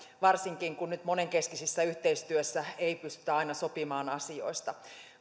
varsinkin kun nyt monenkeskisessä yhteistyössä ei pystytä aina sopimaan asioista